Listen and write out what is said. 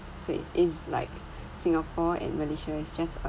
say it's like singapore and malaysia it's just a